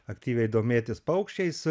aktyviai domėtis paukščiais